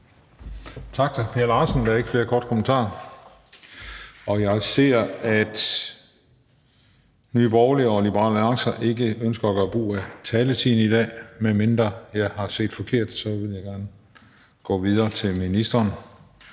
hr. Per Larsen. Der er ikke flere korte bemærkninger. Jeg ser, at Nye Borgerlige og Liberal Alliance ikke ønsker at gøre brug af taletiden i dag, og medmindre jeg har set forkert, vil jeg gerne give ordet til ministeren